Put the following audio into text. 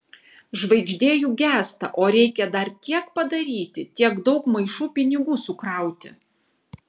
žvaigždė juk gęsta o reikia dar tiek padaryti tiek daug maišų pinigų sukrauti